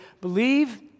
Believe